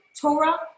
Torah